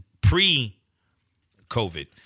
pre-COVID